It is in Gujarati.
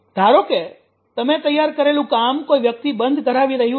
ધારો કે તમે તૈયાર કરેલું કામ કોઈ વ્યક્તિ બંધ કરાવી રહ્યું છે